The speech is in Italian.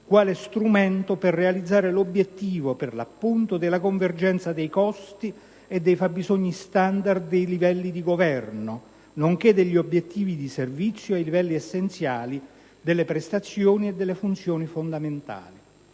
quale strumento per realizzare l'obiettivo, per l'appunto, della convergenza dei costi e dei fabbisogni standard dei vari livelli di governo, nonché degli obiettivi di servizio ai livelli essenziali delle prestazioni e delle funzioni fondamentali.